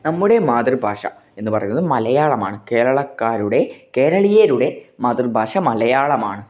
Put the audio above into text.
നമ്മുടെ മാതൃഭാഷ എന്ന് പറയുന്നത് മലയാളമാണ് കേരളക്കാരുടെ കേരളീയരുടെ മാതൃഭാഷ മലയാളമാണ്